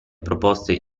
proposte